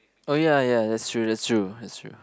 oh ya ya that's true that's true that's true